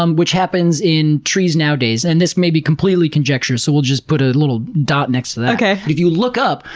um which happens in trees nowadays and this may be completely conjecture, so we'll just put a little dot next to that if you look up,